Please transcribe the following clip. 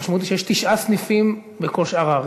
המשמעות היא שיש תשעה סניפים בכל שאר הארץ,